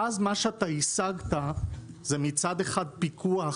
ואז מה שאתה השגת זה מצד אחד פיקוח,